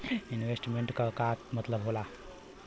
Investment क का मतलब हो ला?